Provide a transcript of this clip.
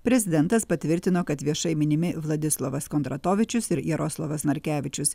prezidentas patvirtino kad viešai minimi vladislavas kondratovičius ir jaroslavas narkevičius